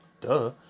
Duh